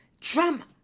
Drama